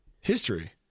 history